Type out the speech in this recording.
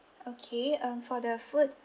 okay uh for the food